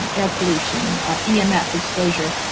and air pollution yeah um emf exposure.